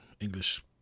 English